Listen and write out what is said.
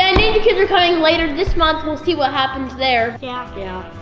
and ninjakidz are coming later this month. we'll see what happens there. yeah. yeah.